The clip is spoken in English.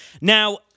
Now